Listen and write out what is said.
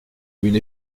une